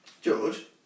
George